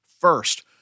First